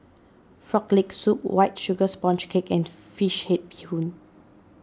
Frog Leg Soup White Sugar Sponge Cake and Fish Head Bee Hoon